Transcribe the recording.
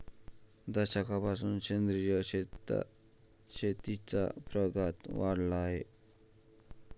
दशकापासून सेंद्रिय शेतीचा प्रघात वाढला आहे